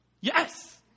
yes